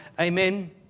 amen